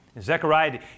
Zechariah